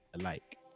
alike